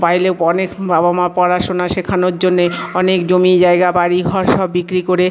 বাইরে অনেক বাবা মা পড়াশোনা শেখানোর জন্যে অনেক জমি জায়গা বাড়ি ঘর সব বিক্রি করে